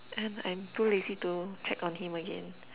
um I'm too lazy to check on him again